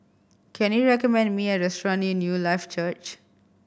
can you recommend me a restaurant near Newlife Church